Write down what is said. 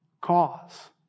cause